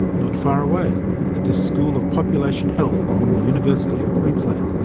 not far away at the school of population health within the university of queensland,